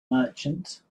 merchant